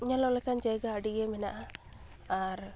ᱧᱮᱞᱚᱜ ᱞᱮᱠᱟᱱ ᱡᱟᱭᱜᱟ ᱟᱹᱰᱤ ᱜᱮ ᱢᱮᱱᱟᱜᱼᱟ ᱟᱨ